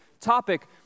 topic